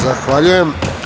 Zahvaljujem.